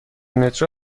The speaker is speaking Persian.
مترو